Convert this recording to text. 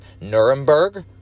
Nuremberg